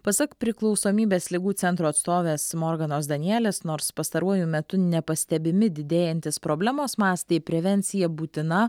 pasak priklausomybės ligų centro atstovės morganos danielės nors pastaruoju metu nepastebimi didėjantys problemos mastai prevencija būtina